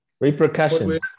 Repercussions